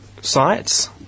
sites